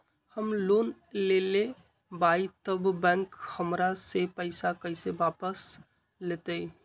हम लोन लेलेबाई तब बैंक हमरा से पैसा कइसे वापिस लेतई?